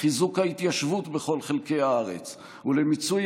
לחיזוק ההתיישבות בכל חלקי הארץ ולמיצוי